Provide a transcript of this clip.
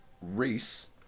Reese